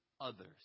others